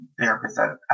therapists